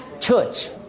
church